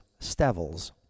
Stevels